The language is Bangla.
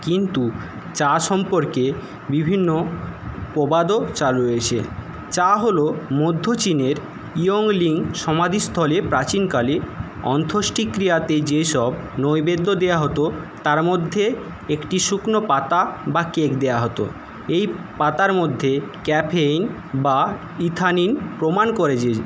কিন্তু চা সম্পর্কে বিভিন্ন প্রবাদও চালু রয়েছে চা হল মধ্য চীনের ইয়ংলিং সমাধিস্থলে প্রাচীনকালে অন্ত্যেষ্টিক্রিয়াতে যেসব নৈবেদ্য দেওয়া হত তার মধ্যে একটি শুকনো পাতা বা কেক দেওয়া হত এই পাতার মধ্যে ক্যাফেইন বা থিয়ানিন প্রমাণ করে যে